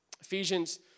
Ephesians